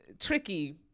tricky